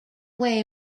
way